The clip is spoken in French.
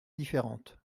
différentes